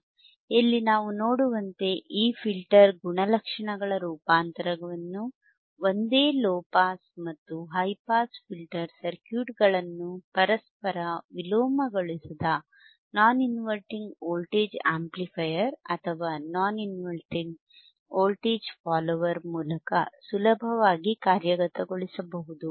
ಈಗ ಇಲ್ಲಿ ನಾವು ನೋಡುವಂತೆ ಈ ಫಿಲ್ಟರ್ ಗುಣಲಕ್ಷಣಗಳ ರೂಪಾಂತರವನ್ನು ಒಂದೇ ಲೊ ಪಾಸ್ ಮತ್ತು ಹೈ ಪಾಸ್ ಫಿಲ್ಟರ್ ಸರ್ಕ್ಯೂಟ್ಗಳನ್ನು ಪರಸ್ಪರ ವಿಲೋಮಗೊಳಿಸದ ನಾನ್ ಇನ್ವರ್ಟಿಂಗ್ ವೋಲ್ಟೇಜ್ ಆಂಪ್ಲಿಫಯರ್ ಅಥವಾ ನಾನ್ ಇನ್ವರ್ಟಿಂಗ್ ವೊಲ್ಟೇಜ್ ಫಾಲ್ಲೋವರ್ ಮೂಲಕ ಸುಲಭವಾಗಿ ಕಾರ್ಯಗತಗೊಳಿಸಬಹುದು